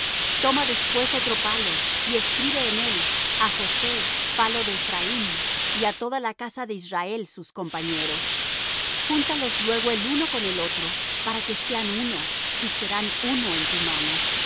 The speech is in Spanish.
toma después otro palo y escribe en él a josé palo de ephraim y á toda la casa de israel sus compañeros júntalos luego el uno con el otro para que sean en uno y serán uno en tu mano